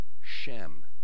Shem